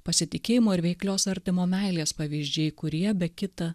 pasitikėjimo ir veiklios artimo meilės pavyzdžiai kurie be kita